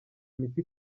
imiti